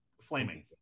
flaming